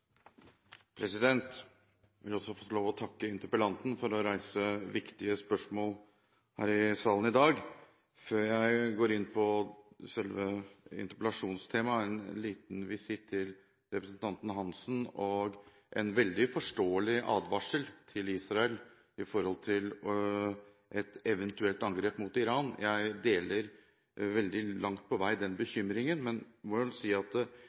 vil også få lov å takke interpellanten for å reise viktige spørsmål her i salen i dag. Før jeg går inn på selve interpellasjonstemaet, en liten visitt til representanten Hansen: Det er en veldig forståelig advarsel til Israel i forhold til et eventuelt angrep mot Iran. Jeg deler langt på vei den bekymringen. Men vi må vel si at